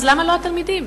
אז למה לא התלמידים?